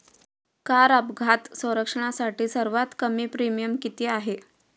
Car अपघात संरक्षणासाठी सर्वात कमी प्रीमियम किती आहे?